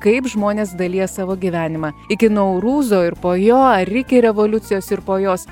kaip žmonės dalija savo gyvenimą iki naurūzo ir po jo ir iki evoliucijos ir po jos